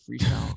freestyle